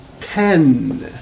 Ten